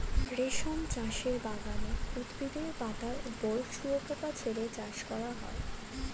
রেশম চাষের বাগানে উদ্ভিদের পাতার ওপর শুয়োপোকা ছেড়ে চাষ করা হয়